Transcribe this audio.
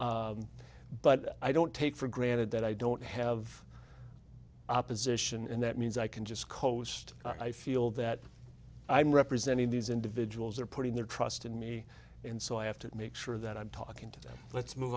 but i don't take for granted that i don't have opposition and that means i can just coast i feel that i'm representing these individuals are putting their trust in me and so i have to make sure that i'm talking to them let's move